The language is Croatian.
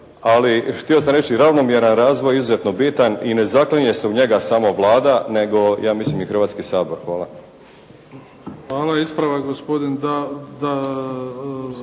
Ali htio sam reći ravnomjeran razvoj izuzetno bitan i ne zaklinje se u njega samo Vlada nego ja mislim i Hrvatski sabor. Hvala. **Bebić, Luka (HDZ)** Hvala.